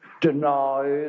denied